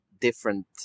different